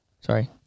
Sorry